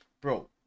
bro